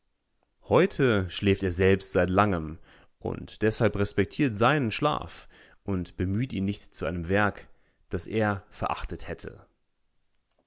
heute schläft er selbst seit langem und deshalb respektiert seinen schlaf und bemüht ihn nicht zu einem werk das er verachtet hätte